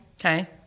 Okay